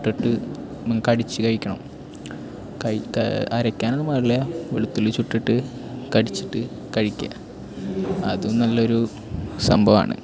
ചുട്ടിട്ട് കടിച്ചു കഴിക്കണം കഴിക്കുക അരക്കാനൊന്നും പാടില്ല വെളുത്തുള്ളി ചുട്ടിട്ട് കടിച്ചിട്ട് കഴിക്കുക അതും നല്ലൊരു സംഭവമാണ്